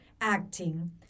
acting